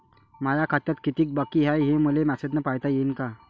माया खात्यात कितीक बाकी हाय, हे मले मेसेजन पायता येईन का?